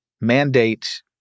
mandate